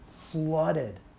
flooded